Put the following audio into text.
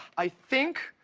i think,